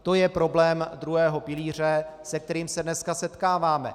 To je problém druhého pilíře, se kterým se dneska setkáváme.